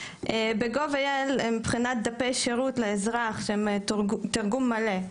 gov.il: מבחינת דפי שירות לאזרח: תרגום מלא,